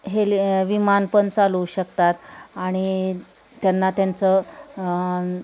हेले विमान पण चालवू शकतात आणि त्यांना त्यांचं